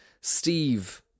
steve